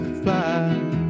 fly